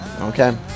Okay